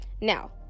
Now